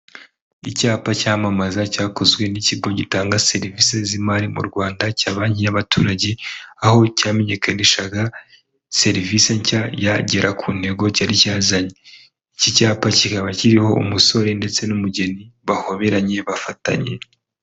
Icyapa cyamamaza cyakozwe n'ikigo gitanga serivisi z'imari mu Rwanda cya banki y'abaturage, aho cyamenyekanishaga serivise nshya ya Gera ku ntego cyari cyazanye, iki cyapa kikaba kiriho umusore ndetse n'umugeni bahoberanye bafatanye.